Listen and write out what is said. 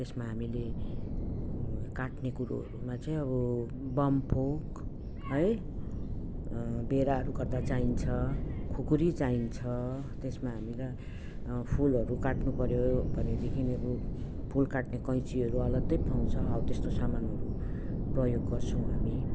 त्यसमा हामीले काट्ने कुरोहरूमा चाहिँ अब बामफोक है बेराहरू काट्दा चाहिन्छ खुकुरी चाहिन्छ त्यसमा हामीलाई फुलहरू काट्नुपर्यो भनेदेखि फुल काट्ने कैँचीहरू अलगै पाउँछ हौ त्यस्तो सामानहरू प्रयोग गर्छौँ हामी